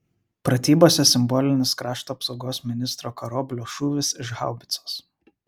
pratybose simbolinis krašto apsaugos ministro karoblio šūvis iš haubicos